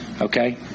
okay